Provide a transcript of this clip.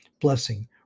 blessing